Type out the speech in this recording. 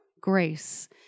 Grace